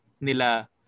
nila